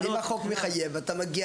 אבל אם החוק אכן מחייב לכך ואתה מגיע